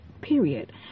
period